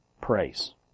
praise